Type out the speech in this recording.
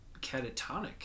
catatonic